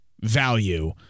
value